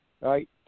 right